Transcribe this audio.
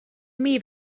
imi